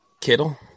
Kittle